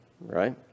right